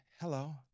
hello